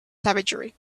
savagery